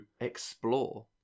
explore